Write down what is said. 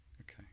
Okay